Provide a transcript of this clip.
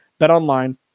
BetOnline